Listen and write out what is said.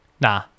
Nah